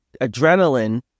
adrenaline